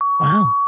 wow